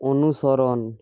অনুসরণ